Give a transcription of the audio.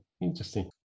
Interesting